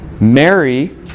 Mary